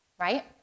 right